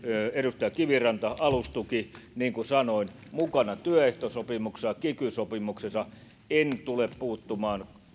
edustaja kiviranta niin kuin sanoin alustuki on mukana työehtosopimuksessa kiky sopimuksessa en tule puuttumaan